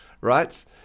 right